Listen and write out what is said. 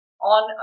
on